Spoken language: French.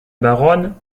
baronne